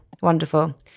Wonderful